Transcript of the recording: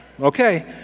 Okay